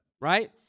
right